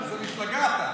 איזה מפלגה אתה.